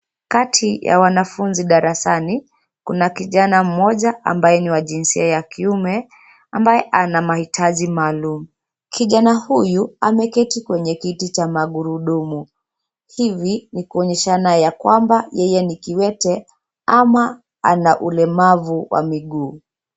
Kati ya wanafunzi darasani, kuna kijana mmoja ambaye ni wa jinsia ya kiume ambaye ana mahitaji maalum. Kijana huyu ameketi kwenye kiti cha magurudumu. Hivi ni kuonyeshana ya kwamba yeye ni kiwete ama ana ulemavu wa miguu.